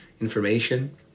information